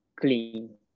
clean